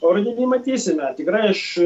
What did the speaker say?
o rudenį matysime tikrai aš